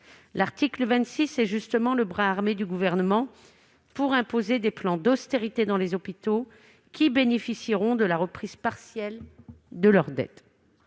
L'article 26 est justement le bras armé du Gouvernement pour imposer des plans d'austérité dans les hôpitaux qui bénéficieront de la reprise partielle de leur dette.